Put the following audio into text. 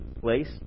place